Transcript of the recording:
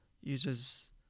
uses